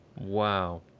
Wow